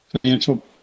financial